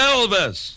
Elvis